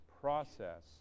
process